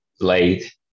late